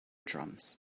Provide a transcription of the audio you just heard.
drums